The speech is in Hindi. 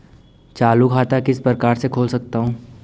चालू खाता किस प्रकार से खोल सकता हूँ?